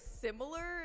similar